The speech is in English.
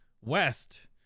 west